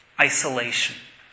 Isolation